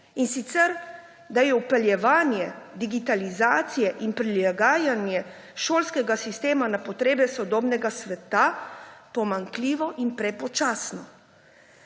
in sicer da je vpeljevanje digitalizacije in prilagajanje šolskega sistema na potrebe sodobnega sveta pomanjkljivo in prepočasno.